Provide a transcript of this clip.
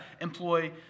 employ